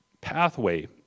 pathway